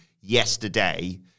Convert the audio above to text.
yesterday